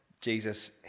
jesus